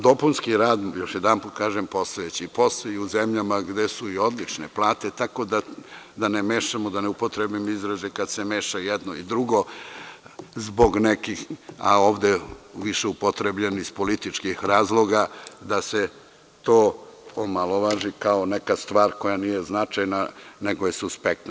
Dopunski rad, još jedanput kažem, postojaće i u zemljama gde su odlične plate, tako da ne mešamo, da ne upotrebim izraze kada se meša jedno i drugo zbog nekih više upotrebljenih iz političkih razloga, da se to omalovaži kao neka stvar koja nije značajna, nego je suspektna.